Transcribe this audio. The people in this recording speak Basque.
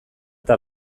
eta